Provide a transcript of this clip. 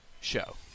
show